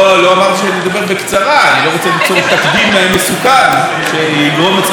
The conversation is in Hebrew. אני לא רוצה ליצור תקדים מסוכן שיגרום לכם לפתח תקוות לעתיד,